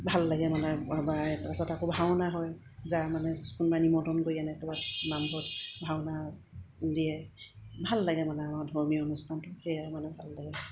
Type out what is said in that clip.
ভাল লাগে মানে তাৰপিছত আকৌ ভাওনা হয় যাৰ মানে কোনোবাই নিমন্ত্ৰণ কৰি আনে কাৰোবাক নামঘৰত ভাওনা দিয়ে ভাল লাগে মানে আমাৰ ধৰ্মীয় অনুষ্ঠানটো সেয়াই মানে ভাল লাগে